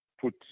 put